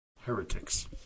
heretics